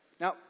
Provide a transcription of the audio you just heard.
Now